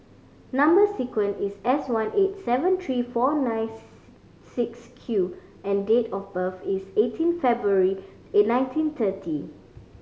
number sequence is S one eight seven three four ninth six Q and date of birth is eighteen February a nineteen thirty